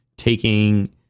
taking